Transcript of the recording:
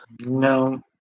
No